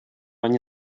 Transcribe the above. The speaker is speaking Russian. они